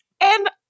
And-